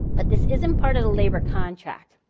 but this isn't part of the labor contract,